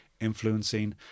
influencing